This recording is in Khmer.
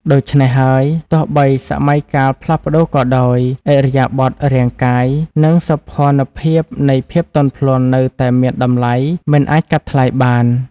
ដូច្នេះហើយ ទោះបីសម័យកាលផ្លាស់ប្តូរក៏ដោយ ឥរិយាបថរាងកាយ និងសោភ័ណភាពនៃភាពទន់ភ្លន់នៅតែមានតម្លៃមិនអាចកាត់ថ្លៃបាន។